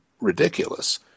ridiculous